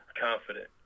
confident